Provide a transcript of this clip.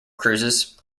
cruises